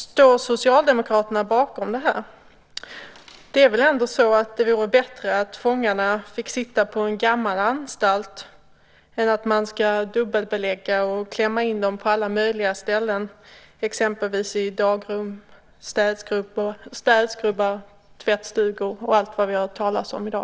Står Socialdemokraterna bakom det? Det vore väl ändå bättre att fångarna fick sitta på en gammal anstalt än att man dubbelbelägger och klämmer in dem på alla möjliga ställen, exempelvis i dagrum, städskrubbar, tvättstugor och allt vad vi har hört talas om i dag?